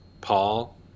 Paul